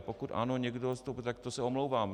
Pokud ano, někdo , tak to se omlouvám.